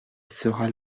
sera